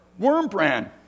Wormbrand